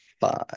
five